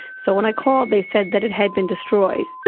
so when i called they said that it had been destroyed,